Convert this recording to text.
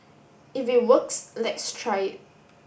if it works let's try it